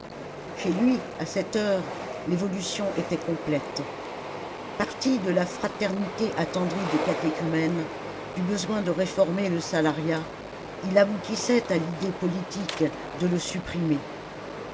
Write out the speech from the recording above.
chez lui à cette heure l'évolution était complète parti de la fraternité attendrie des catéchumènes du besoin de réformer le salariat il aboutissait à l'idée politique de le supprimer